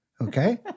okay